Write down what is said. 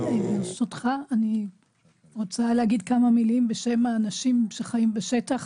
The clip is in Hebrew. אני רוצה להגיד כמה מילים בשם האנשים שחיים בשטח.